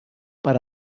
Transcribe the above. per